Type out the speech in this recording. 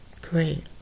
great